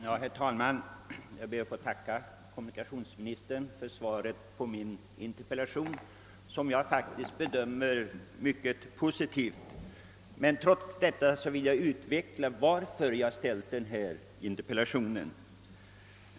Herr talman! Jag ber att få tacka kommunikationsministern för svaret på min interpellation, vilket jag faktiskt bedömer såsom mycket positivt. Trots detta vill jag emellertid utveckla varför jag framställde min interpellation.